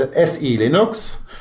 ah se linux,